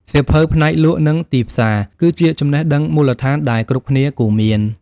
សៀវភៅផ្នែកលក់ និងទីផ្សារ គឺជាចំណេះដឹងមូលដ្ឋានដែលគ្រប់គ្នាគួរមាន។